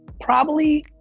probably,